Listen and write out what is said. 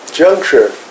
juncture